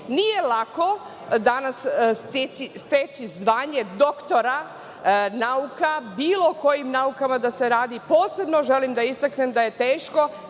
lako danas steći zvanje doktora nauka bilo kojim naukama da se radi, posebno želim da istaknem da je teško